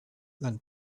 than